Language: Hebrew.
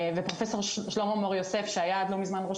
ופרופסור שלמה מור יוסף שהיה עד לא מזמן ראש